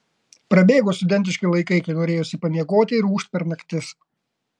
prabėgo studentiški laikai kai norėjosi pamiegoti ir ūžt per naktis